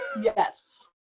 yes